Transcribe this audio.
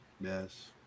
Yes